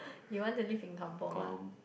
you want to live in kampung ah